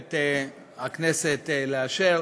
עומדת הכנסת לאשר